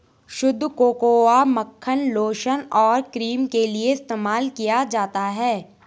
शुद्ध कोकोआ मक्खन लोशन और क्रीम के लिए इस्तेमाल किया जाता है